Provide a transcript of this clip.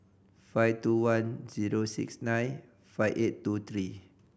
five two one zero six nine five eight two three